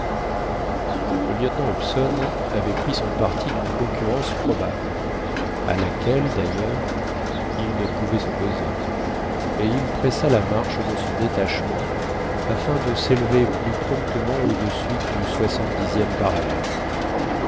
le lieutenant hobson avait pris son parti d'une concurrence probable à laquelle d'ailleurs il ne pouvait s'opposer et il pressa la marche de son détachement afin de s'élever plus promptement au-dessus du soixante dixième parallèle